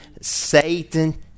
Satan